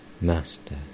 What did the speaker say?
Master